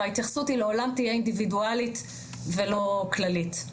וההתייחסות היא לעולם תהיה אינדיבידואלית ולא כללית.